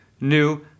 new